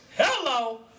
Hello